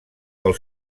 del